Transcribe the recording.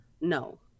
No